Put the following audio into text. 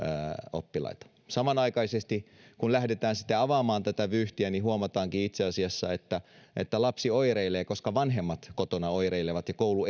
oppilaita samanaikaisesti kun lähdetään sitten avaamaan tätä vyyhteä huomataankin itse asiassa että että lapsi oireilee koska vanhemmat kotona oireilevat ja koulu